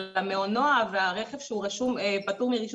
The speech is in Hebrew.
אבל המעונוע והרכב שהוא פטור מרישום